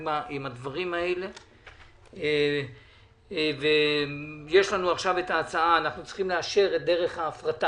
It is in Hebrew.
אני פותח את הישיבה בנושא: אישור דרך הפרטת